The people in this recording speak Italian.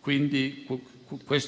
Quindi,